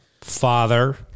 Father